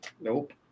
Nope